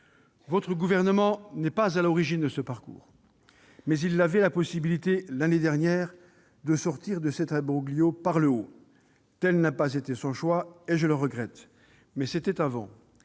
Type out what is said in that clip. Votre gouvernement n'est pas à l'origine de ce parcours, mais il avait la possibilité, l'année dernière, de sortir de cet imbroglio par le haut. Tel n'a pas été son choix et je le regrette. C'était avant,